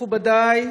מכובדי,